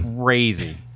crazy